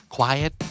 Quiet